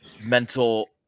mental